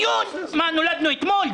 מה, נולדנו אתמול?